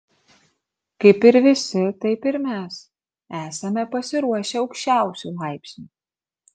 kaip ir visi taip ir mes esame pasiruošę aukščiausiu laipsniu